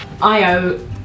Io